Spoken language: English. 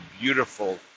beautiful